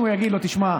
אם הוא יגיד לו, שמע,